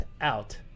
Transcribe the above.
out